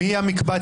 מי נמנע?